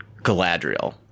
Galadriel